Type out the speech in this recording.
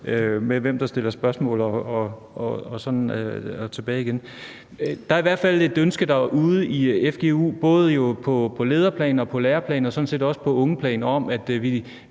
med hvem der stiller spørgsmål og sådan tilbage igen. Der er i hvert fald et ønske derude i fgu både på lederplan og på lærerplan og sådan set også på ungeplan om, at vi